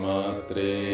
Matre